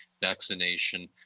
vaccination